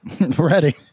Ready